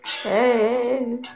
Hey